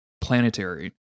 Planetary